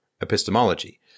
epistemology